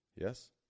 Yes